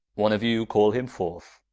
one of you call him forth.